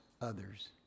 others